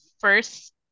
first